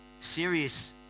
serious